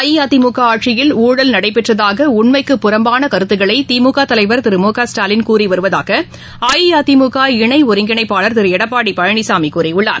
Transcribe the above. அஇஅதிமுகஆட்சியில் ஊழல் நடைபெற்றதாகஉண்மைக்கு புறம்பாளகருத்துக்களைதிமுகதலைவர் திரு மு க ஸ்டாலின் கூறிவருவதாகஅஇஅதிமுக இணைஒருங்கிணைப்பாளர் திருளடப்பாடிபழனிசாமிகூறியுள்ளார்